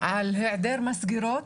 על היעדר מסגרות,